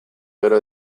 gero